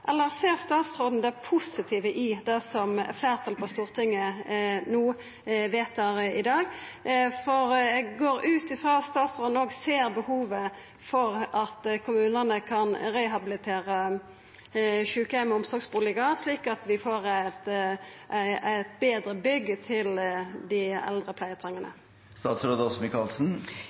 eller ser statsråden det positive i det som fleirtalet i Stortinget vedtar i dag? For eg går ut frå at statsråden òg ser behovet for at kommunane kan rehabilitera sjukeheims- og omsorgsbustader, slik at vi får eit betre bygg til dei eldre